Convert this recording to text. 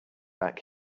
back